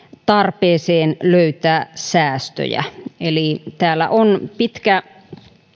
tarpeeseen löytää säästöjä eli täällä on pitkä